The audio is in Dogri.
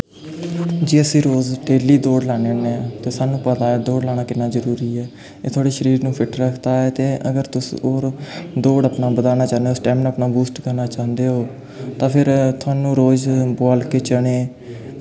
जे तुस रोज डेली दौड़ लान्ने होन्ने ते सानूं पता ऐ दौड़ लाना किन्ना जरूरी ऐ एह् तोआड़े शरीर नू फिट्ट रखदा ते अगर तुस होर दौड़ अपनी बधाना चांह्दे ओ स्टैमना अपना बूस्ट करना चांह्दे ओ तां फिर थोआनू रोज़ बोआल के चने